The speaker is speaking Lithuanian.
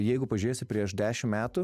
jeigu pažiūrėsi prieš dešimt metų